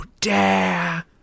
dare